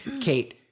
kate